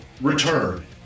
Return